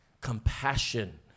compassion